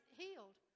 healed